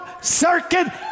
circuit